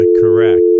correct